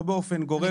לא באופן גורף.